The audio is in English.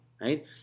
right